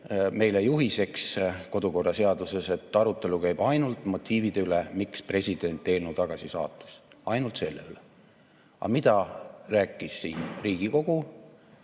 meile juhiseks kodukorraseaduses, et arutelu käib ainult motiivide üle, miks president eelnõu tagasi saatis, ainult selle üle. Aga mida rääkis siin Riigikogu?